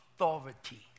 authority